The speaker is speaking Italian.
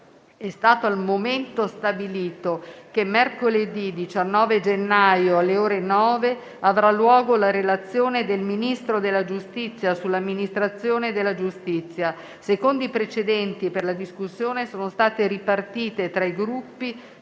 è stato al momento stabilito che mercoledì 19 gennaio, alle ore 9, avrà luogo la Relazione del Ministro della giustizia sull'amministrazione della giustizia. Secondo i precedenti, per la discussione, sono state ripartite tra i Gruppi